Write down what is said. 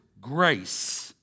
grace